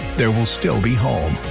there will still be home.